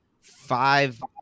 five